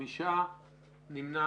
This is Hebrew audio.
הצבעה